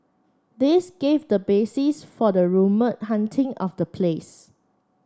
this gave the basis for the rumoured haunting of the place